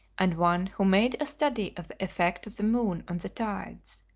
and one who made a study of the effect of the moon on the tides.